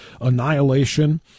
annihilation